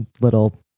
little